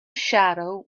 shadow